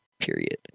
period